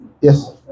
Yes